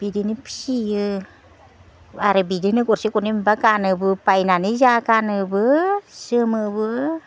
बिदिनो फिसियो आरो बिदिनो गरसे गरनै मोनब्ला गानोबो बायनानै गानोबो जोमोबो